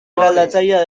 eraldatzailea